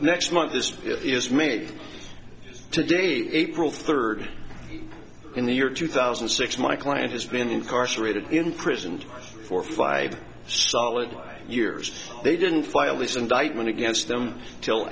next month this is me today april third in the year two thousand and six my client has been incarcerated imprisoned for five solid years they didn't file this indictment against them til